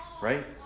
Right